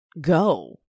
go